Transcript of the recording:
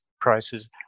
prices